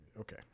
Okay